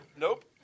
Nope